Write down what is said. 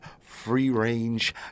free-range